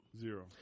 Zero